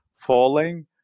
falling